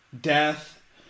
death